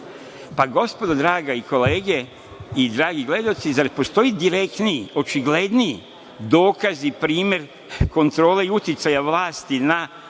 broj. Gospodo draga i kolege, i dragi gledaoci, zar postoji direktniji, očigledniji dokaz i primer kontrole uticaja vlasti na